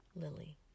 Lily